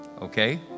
Okay